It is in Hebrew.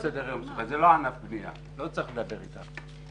זה לא ענף בנייה, לא צריך לדבר איתנו.